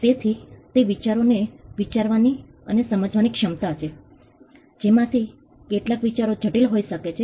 તેથી તે વિચારોને વિચારવાની અને સમજવાની ક્ષમતા છે જેમાંથી કેટલાક વિચારો જટિલ હોઈ શકે છે